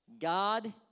God